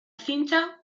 cincha